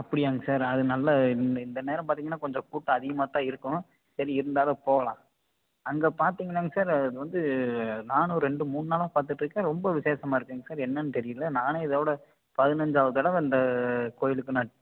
அப்படியாங்க சார் அது நல்ல இந்த இந்த நேரம் பார்த்தீங்கன்னா கொஞ்சம் கூட்டம் அதிகமாகத்தான் இருக்கும் சரி இருந்தாலும் போகலாம் அங்கே பார்த்தீங்கன்னாங்க சார் அது இது வந்து நானும் ரெண்டு மூணு நாளாக பார்த்துட்ருக்கேன் ரொம்ப விசேஷமா இருக்குதுங்க சார் என்னென்னு தெரியல நானே இதோடு பதினஞ்சாவது தடவை இந்த கோயிலுக்கு நான்